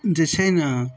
जे छै ने